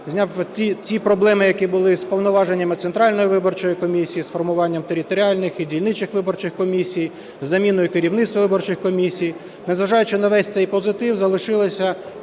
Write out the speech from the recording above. зняв ті проблеми, які були з повноваженнями Центральної виборчої комісії, з формуванням територіальних і дільничних виборчих комісій, з заміною керівництва виборчих комісій. Незважаючи на весь цей позитив, залишилися